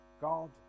God